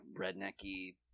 rednecky